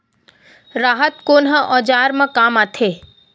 राहत कोन ह औजार मा काम आथे?